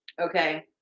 Okay